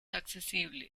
accesible